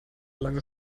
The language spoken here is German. lange